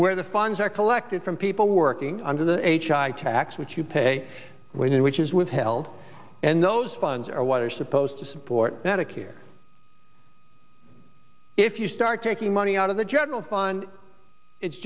where the funds are collected from people working under the h i i tax which you pay when and which is withheld and those funds are what are supposed to support medicare if you start taking money out of the general fund it's